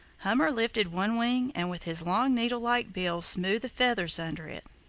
hummer lifted one wing and with his long needle-like bill smoothed the feathers under it.